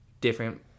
different